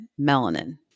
melanin